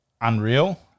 unreal